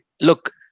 look